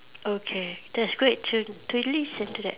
okay that's good to to live into that